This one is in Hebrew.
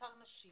בעיקר נשים